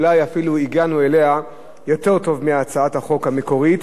אולי אפילו הגענו אליה יותר טוב מאשר הצעת החוק המקורית.